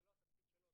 זה לא התפקיד שלו.